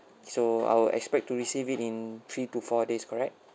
so I will expect to receive it in three to four days correct